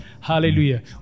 Hallelujah